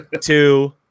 two